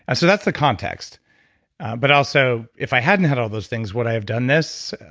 and so that's the context but also, if i hadn't had all those things, would i have done this?